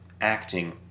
acting